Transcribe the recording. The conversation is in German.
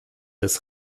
des